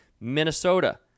Minnesota